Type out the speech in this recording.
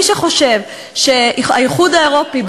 מי שחושב שהאיחוד האירופי,